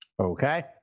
Okay